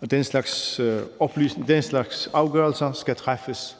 at den slags afgørelser skal træffes